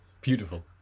Beautiful